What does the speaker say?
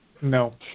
No